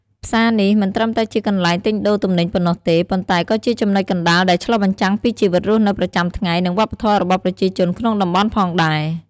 ផ្សារនេះមិនត្រឹមតែជាកន្លែងទិញដូរទំនិញប៉ុណ្ណោះទេ ប៉ុន្តែក៏ជាចំណុចកណ្ដាលដែលឆ្លុះបញ្ចាំងពីជីវិតរស់នៅប្រចាំថ្ងៃ និងវប្បធម៌របស់ប្រជាជនក្នុងតំបន់ផងដែរ។